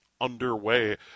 underway